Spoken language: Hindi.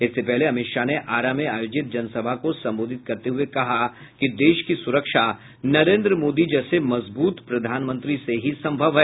इससे पहले अमित शाह ने आरा में आयोजित जनसभा को संबोधित करते हुये कहा कि देश की सुरक्षा नरेंद्र मोदी जैसे मजबूत प्रधानमंत्री से ही संभव है